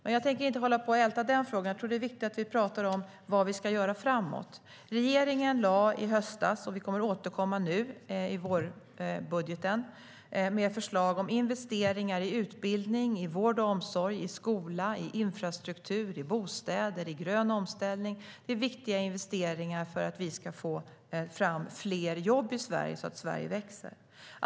Men jag tänker inte hålla på och älta den frågan. Jag tror att det är viktigt att vi pratar om vad vi ska göra framåt. Regeringen lade i höstas - och vi kommer att återkomma i vårbudgeten - fram förslag om investeringar i utbildning, i vård och omsorg, i skola, i infrastruktur, i bostäder och i grön omställning. Det är viktiga investeringar för att vi ska få fram fler jobb i Sverige, så att Sverige växer.